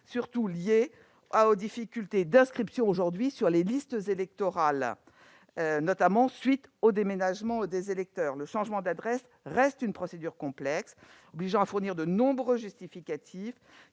surtout lié aux difficultés d'inscription sur les listes électorales à la suite du déménagement des électeurs. Le changement d'adresse reste un processus complexe, qui oblige à fournir de nombreux justificatifs